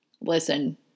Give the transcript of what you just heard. listen